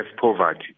poverty